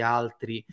altri